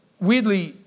Weirdly